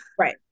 Right